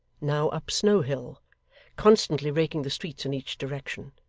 now up snow hill constantly raking the streets in each direction.